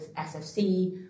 SFC